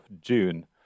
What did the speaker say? June